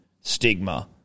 stigma